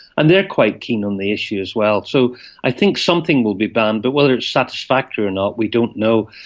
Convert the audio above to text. and they are quite keen on the issue as well. so i think something will be banned, but whether it's satisfactory or not we don't know.